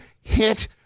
hit